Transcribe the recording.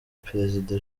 perezida